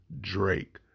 Drake